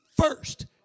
first